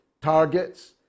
targets